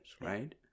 right